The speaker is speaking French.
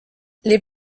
les